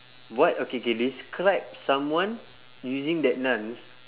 what okay K describe someone using that nouns